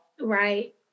Right